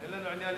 אין לנו עניין,